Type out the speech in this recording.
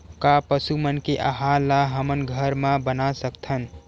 का पशु मन के आहार ला हमन घर मा बना सकथन?